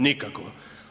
Nikakva.